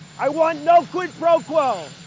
i want no quid pro quo.